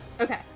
Okay